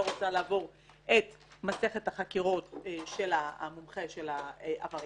רוצה לעבור את מסכת החקירות של המומחה של העבריין,